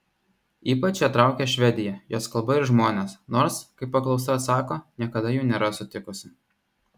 ypač ją traukia švedija jos kalba ir žmonės nors kaip paklausta atsako niekada jų nėra sutikusi